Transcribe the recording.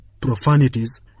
profanities